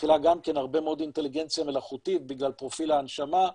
שמכילה גם כן הרבה מאוד אינטליגנציה מלאכותית בגלל פרופיל ההנשמה,